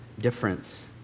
difference